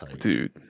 Dude